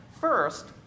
First